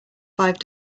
five